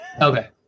Okay